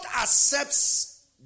accepts